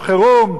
רחמנא ליצלן,